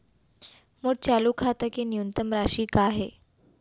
मोर चालू खाता के न्यूनतम राशि का हे?